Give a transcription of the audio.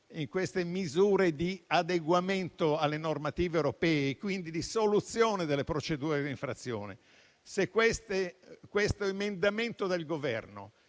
in queste misure di adeguamento alle normative europee, quindi di soluzione delle procedure di infrazione, è stato oggetto di più